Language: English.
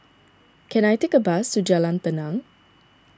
can I take a bus to Jalan Tenang